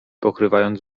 pokrywając